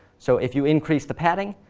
so if you increase the padding,